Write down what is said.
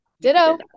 Ditto